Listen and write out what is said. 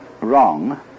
wrong